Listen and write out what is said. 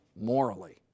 morally